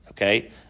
Okay